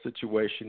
situation